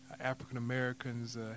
African-Americans